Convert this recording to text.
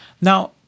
Now